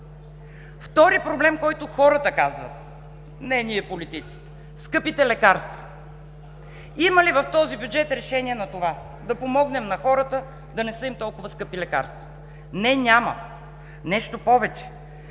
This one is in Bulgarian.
Втори проблем, който хората казват – не ние политиците, скъпите лекарства. Има ли този бюджет решение на това – да помогнем на хората да не са им толкова скъпи лекарствата? Не, няма! Нещо повече,